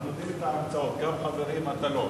אנחנו יודעים את ההקצאות, גם חברי מטלון.